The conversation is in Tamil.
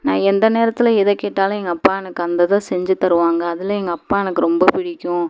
நான் எந்த நேரத்தில் எதை கேட்டாலும் எங்கள் அப்பா எனக்கு அந்த இதை எனக்கு செஞ்சித் தருவாங்கள் அதில் எங்கள் அப்பா எனக்கு ரொம்ப பிடிக்கும்